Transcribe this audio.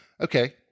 Okay